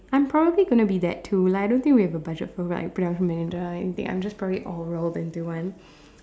I'm probably gonna be that too like I don't think we have a budget for like production manager or anything I'm just probably all rolled up into one